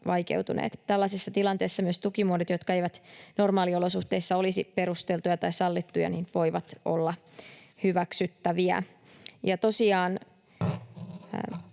vaikeutuneet. Tällaisissa tilanteissa myös tukimuodot, jotka eivät normaaliolosuhteissa olisi perusteltuja tai sallittuja, voivat olla hyväksyttäviä. Tosiaan